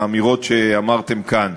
האמירות שאמרתם כאן,